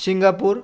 Singapore